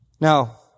Now